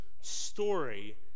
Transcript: story